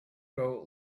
grow